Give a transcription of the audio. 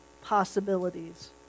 possibilities